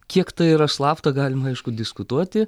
kiek tai yra slapta galima aišku diskutuoti